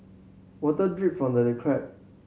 water drip from the crack